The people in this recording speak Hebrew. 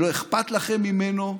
שלא אכפת לכם ממנו,